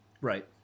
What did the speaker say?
Right